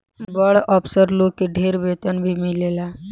बड़ अफसर लोग के ढेर वेतन भी मिलेला